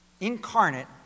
incarnate